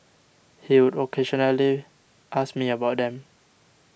he would occasionally ask me about them